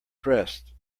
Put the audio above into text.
dressed